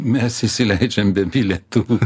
mes įsileidžiam be bilietų